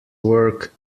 work